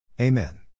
Amen